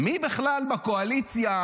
מי בכלל בקואליציה,